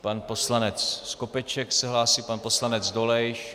Pan poslanec Skopeček se hlásí, pan poslanec Dolejš.